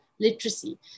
literacy